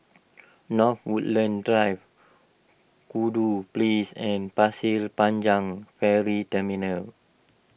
North Woodlands Drive Kudu Place and Pasir Panjang Ferry Terminal